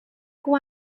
com